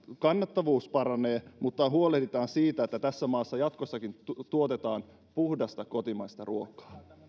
kannattavuus paranee mutta huolehditaan siitä että tässä maassa jatkossakin tuotetaan puhdasta kotimaista ruokaa